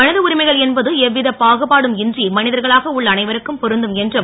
ம த உரிமைகள் என்பது எ வித பாகுபாடும் இன்றி ம தர்களாக உள்ள அனைவருக்கும் பொருந்தும் என்றும்